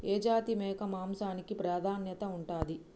ఏ జాతి మేక మాంసానికి ప్రాధాన్యత ఉంటది?